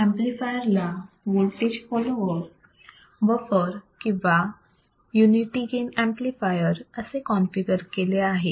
amplifier ला voltage follower buffer किंवा unity gain amplifier असे कॉनफिगर केले आहे